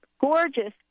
Gorgeous